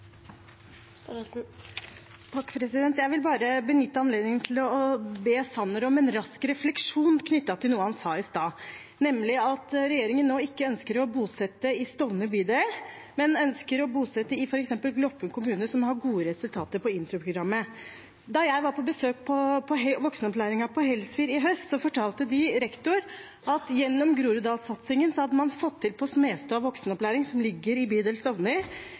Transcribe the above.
Jeg vil benytte anledningen til å be statsråd Sanner om en rask refleksjon knyttet til noe han sa i stad, nemlig at regjeringen nå ikke ønsker å bosette i Stovner bydel, men i f.eks. Gloppen kommune, som har gode resultater på introprogrammet. Da jeg var på besøk ved voksenopplæringen på Helsfyr i høst, fortalte rektor at man gjennom Groruddalssatsingen – på Smedstua voksenopplæring, som ligger i bydel Stovner – hadde fått til